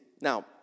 Now